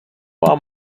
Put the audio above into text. vám